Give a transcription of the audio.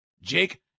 Jake